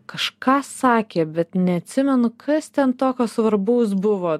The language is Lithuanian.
kažką sakė bet neatsimenu kas ten tokio svarbaus buvo